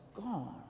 gone